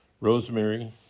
Rosemary